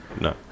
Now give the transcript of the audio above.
no